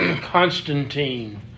Constantine